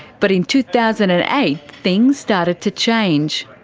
but in two thousand and eight, things started to change.